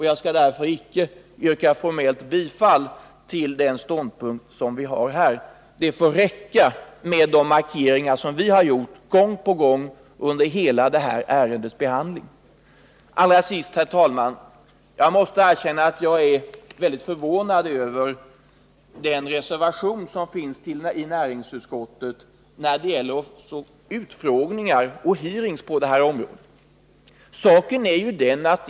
Jag skall därför inte formellt yrka bifall till den ståndpunkt som vi intar i frågan. Det får räcka med de markeringar som vi har gjort gång på gång under hela det här ärendets behandling. Allra sist, herr talman, måste jag erkänna att jag är väldigt förvånad över reservationen i näringsutskottets betänkande om utskottsutfrågningar och hearings på detta område.